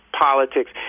politics